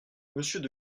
monsieur